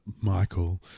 Michael